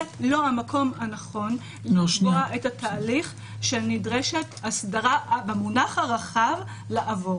זה לא המקום הנכון לקבוע את התהליך שנדרשת אסדרה במובן הרחב לעבור.